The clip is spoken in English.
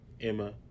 Emma